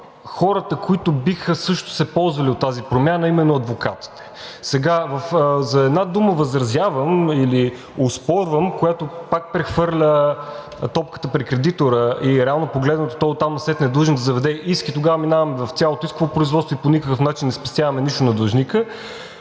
хората, които също биха се ползвали от тази промяна – именно адвокатите. За една дума възразявам или оспорвам, която пак прехвърля топката при кредитора – реално погледнато той оттам насетне е длъжен да заведе иск, и тогава минаваме в цялото исково производство и по никакъв начин не спестяваме нищо на длъжника